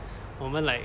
我们 like